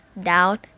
down